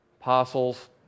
apostles